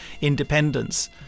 independence